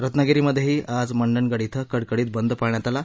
रत्नागिरीमधेही आज मंडणगड इथं कडकडित बंद पाळण्यात आला